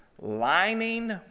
lining